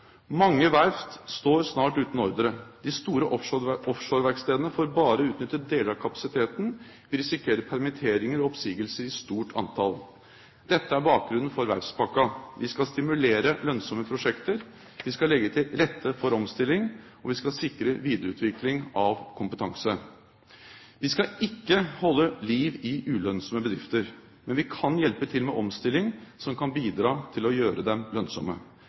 Mange verft står snart uten ordrer. De store offshoreverkstedene får bare utnyttet deler av kapasiteten. Vi risikerer permitteringer og oppsigelser i stort antall. Dette er bakgrunnen for verftspakka. Vi skal stimulere lønnsomme prosjekter. Vi skal legge til rette for omstilling. Vi skal sikre videreutvikling av kompetanse. Vi skal ikke holde liv i ulønnsomme bedrifter. Men vi kan hjelpe til med omstilling som kan bidra til å gjøre dem lønnsomme.